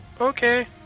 Okay